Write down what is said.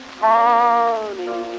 honey